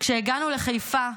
--- כשהגענו לחיפה,